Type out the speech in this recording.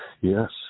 Yes